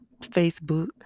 facebook